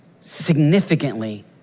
significantly